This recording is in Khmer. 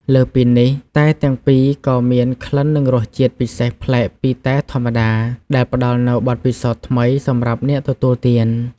លើសពីនេះ តែទាំងពីរក៏មាន ក្លិននិងរសជាតិពិសេសប្លែកពីតែធម្មតា ដែលផ្ដល់នូវបទពិសោធន៍ថ្មីសម្រាប់អ្នកទទួលទាន។